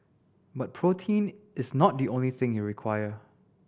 but protein is not the only thing you require